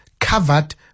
covered